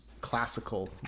classical